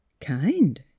Kind